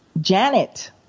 Janet